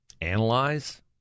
analyze